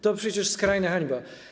To przecież skrajna hańba.